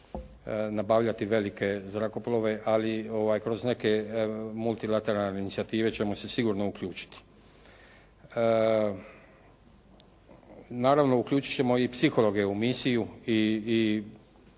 nabavljati velike zrakoplove, ali kroz neke multilateralne inicijative ćemo se sigurno uključiti. Naravno, uključit ćemo i psihologe u misiju i